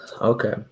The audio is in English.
Okay